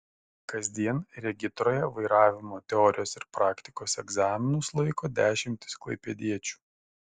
kasdien regitroje vairavimo teorijos ir praktikos egzaminus laiko dešimtys klaipėdiečių